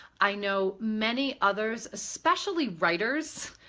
i know many others, especially writers,